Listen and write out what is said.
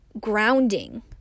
grounding